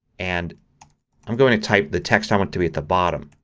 and i'm going to type the text i want to be at the bottom.